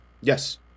Yes